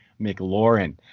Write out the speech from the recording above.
McLaurin